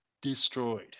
destroyed